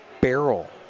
barrel